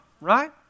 right